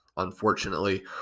unfortunately